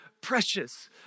precious